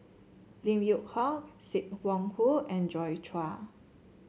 Lim Yew Hock Sim Wong Hoo and Joi Chua